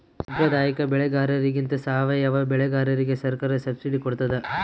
ಸಾಂಪ್ರದಾಯಿಕ ಬೆಳೆಗಾರರಿಗಿಂತ ಸಾವಯವ ಬೆಳೆಗಾರರಿಗೆ ಸರ್ಕಾರ ಸಬ್ಸಿಡಿ ಕೊಡ್ತಡ